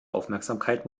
aufmerksamkeit